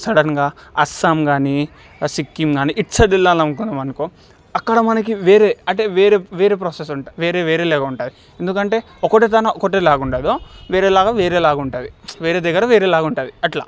సడన్గా అస్సాం కాని సిక్కిం కాని ఇటు సైడే వెళ్ళాలనుకున్నాం అనుకో అక్కడ మనకి వేరే అంటే వేరే వేరే ప్రోసెస్ ఉంటుంది వేరే వేరే లాగా ఉంటుంది ఎందుకంటే ఒకటే తాన ఒకటే లాగా ఉండదు వేరే లాగా వేరే లాగా ఉంటుంది వేరే దగ్గర వేరే లాగా ఉంటుంది అట్లా